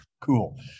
cool